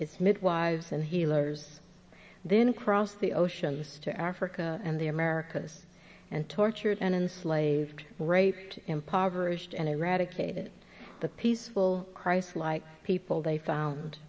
is midwives and healers then cross the oceans to africa and the americas and tortured and enslaved raped impoverished and eradicated the peaceful christ like people they found